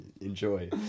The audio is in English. Enjoy